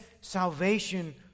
salvation